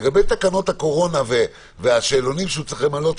לגבי תקנות הקורונה והשאלונים שהוא צריך למלא,